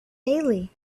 daily